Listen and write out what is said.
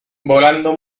volando